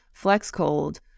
FlexCold